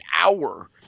hour